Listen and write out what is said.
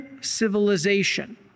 civilization